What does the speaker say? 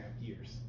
years